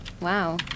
wow